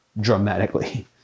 dramatically